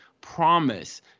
promise